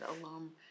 alum